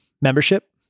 membership